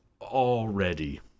already